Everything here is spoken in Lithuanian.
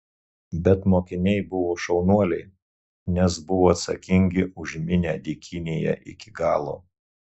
bet mokiniai buvo šaunuoliai nes buvo atsakingi už minią dykynėje iki galo